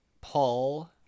Paul